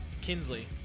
Kinsley